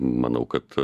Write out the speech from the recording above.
manau kad